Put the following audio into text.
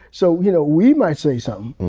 so, you know, we might say something,